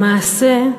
למעשה,